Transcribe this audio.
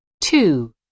Two